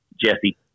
Jesse